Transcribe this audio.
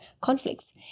conflicts